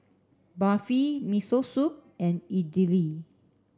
Barfi Miso Soup and Idili